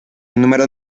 números